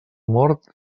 mort